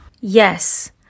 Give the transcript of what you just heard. Yes